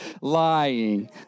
lying